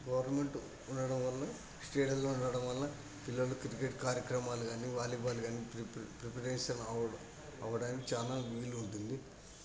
government ఉండడం వలన స్టేడియాలు ఉండడం వలన పిల్లలు క్రికెట్ కార్యక్రమాలు కానీ వాలీబాల్ కానీ ప్రి ప్రి ప్రిపరేషన్ అవ అవ్వడానికి చాలా వీలుంటుంది